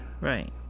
Right